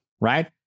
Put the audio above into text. right